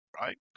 right